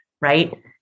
right